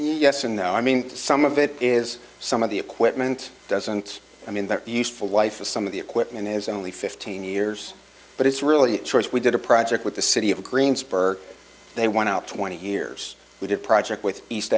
yes and no i mean some of it is some of the equipment doesn't i mean their useful life for some of the equipment is only fifteen years but it's really a choice we did a project with the city of greensburg they went out twenty years we did a project with east